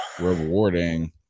rewarding